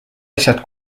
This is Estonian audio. asjad